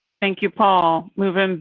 thank you. paul. moving.